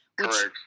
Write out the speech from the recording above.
Correct